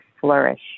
flourish